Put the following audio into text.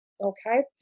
okay